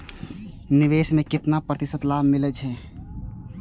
निवेश में केतना प्रतिशत लाभ मिले छै?